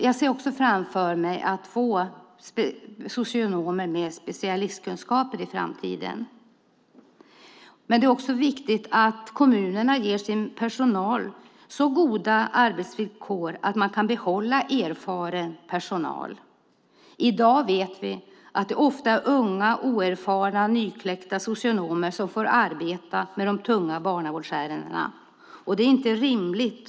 Jag ser också framför mig att vi i framtiden ska få socionomer med specialistkunskaper. Det är också viktigt att kommunerna ger sin personal så goda arbetsvillkor att man kan behålla erfaren personal. I dag är det ofta unga, oerfarna, nykläckta socionomer som får arbeta med de tunga barnavårdsärendena. Det är inte rimligt.